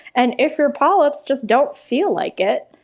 and if your polyps just don't feel like it,